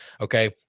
Okay